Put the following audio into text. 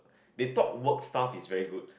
they talk work stuff is very good